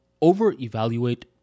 over-evaluate